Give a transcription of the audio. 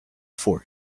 fort